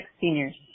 seniors